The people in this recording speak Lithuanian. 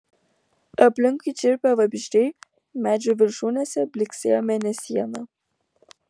aplinkui čirpė vabzdžiai medžių viršūnėse blyksėjo mėnesiena